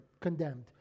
Condemned